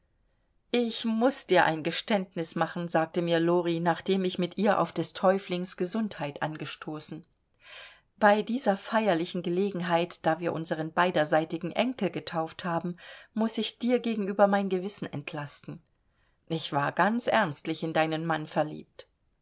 ich muß dir ein geständnis machen sagte mir lori nachdem ich mit ihr auf des täuflings gesundheit angestoßen bei dieser feierlichen gelegenheit da wir unseren beiderseitigen enkel getauft haben muß ich dir gegenüber mein gewissen entlasten ich war ganz ernstlich in deinen mann verliebt